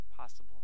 possible